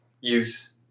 use